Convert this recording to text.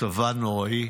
מצבה נוראי.